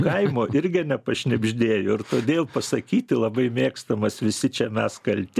kaimo irgi nepašnibždėjo ir todėl pasakyti labai mėgstamas visi čia mes kalti